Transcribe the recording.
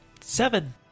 Seven